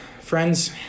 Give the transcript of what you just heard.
friends